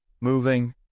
moving